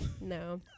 No